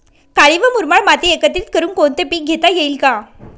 काळी व मुरमाड माती एकत्रित करुन कोणते पीक घेता येईल का?